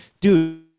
dude